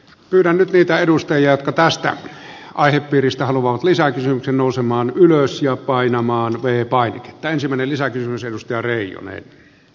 kylän riitä edustajia tästä aihepiiristä luvan lisäksi nousemaan ylös ja painamaan teepaita taisi ettemme ainakaan rahoitusjärjestelmien tähden häviä